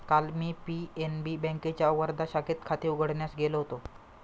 काल मी पी.एन.बी बँकेच्या वर्धा शाखेत खाते उघडण्यास गेलो होतो